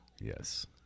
Yes